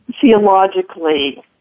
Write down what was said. theologically